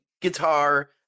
guitar